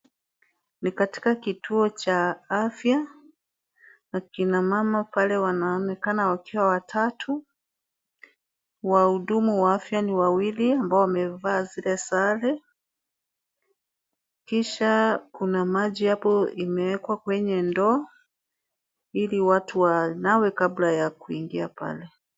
Ni katika kituo cha afya. Na kina mama pale wanaonekana wakiwa watatu. Wahudumu wa afya ni wawili ambao wamevaa zile sare kisha kuna maji hapo imewekwa kwenye ndoo ili watu wanawe kabla ya kuingia pale.